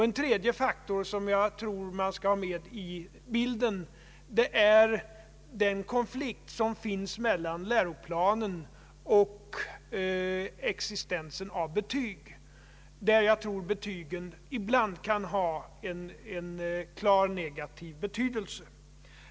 En tredje faktor som jag tror man skall ha med i bilden är den konflikt med läroplanen som existensen av betyg innebär, där jag tror betygen ibland kan ha en klart negativ betydelse.